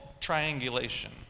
triangulation